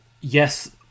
yes